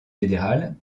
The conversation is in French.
fédérale